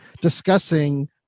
discussing